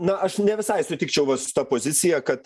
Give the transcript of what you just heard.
na aš ne visai sutikčiau va su ta pozicija kad